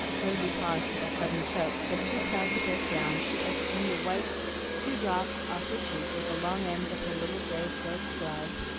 rosy paused with a sudden choke but too proud to break down, she only wiped two drops off her cheek with the long ends of her little gray silk glove,